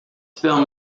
film